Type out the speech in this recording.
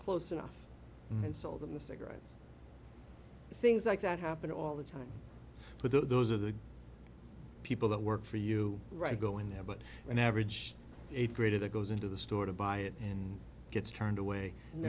close enough and sold them the cigarettes things like that happen all the time but those are the people that work for you right go in there but an average eighth grader that goes into the store to buy it and gets turned away and